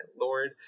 lord